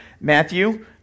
Matthew